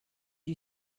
you